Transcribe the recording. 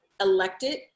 elected